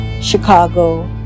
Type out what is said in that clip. Chicago